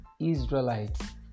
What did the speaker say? Israelites